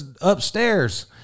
upstairs